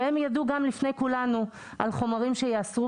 והם ידעו גם לפני כולנו על חומרים שייאסרו